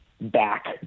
back